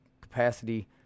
capacity